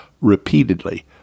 repeatedly